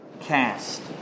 Cast